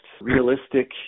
realistic